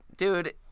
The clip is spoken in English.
Dude